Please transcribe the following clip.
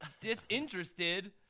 disinterested